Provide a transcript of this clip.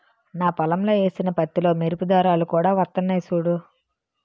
నా పొలంలో ఏసిన పత్తిలో మెరుపు దారాలు కూడా వొత్తన్నయ్ సూడూ